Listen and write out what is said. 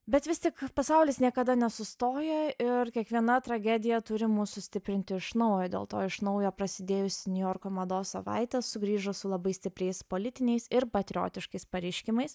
bet vis tik pasaulis niekada nesustoja ir kiekviena tragedija turi mus sustiprinti iš naujo dėl to iš naujo prasidėjusi niujorko mados savaitės sugrįžo su labai stipriais politiniais ir patriotiškais pareiškimais